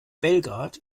belgrad